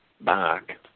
back